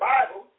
Bible